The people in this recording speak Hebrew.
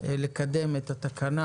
כבר לקדם את התקנה